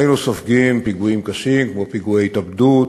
היינו סופגים פיגועים קשים כמו פיגועי התאבדות,